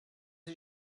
sie